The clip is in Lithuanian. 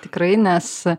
tikrai nes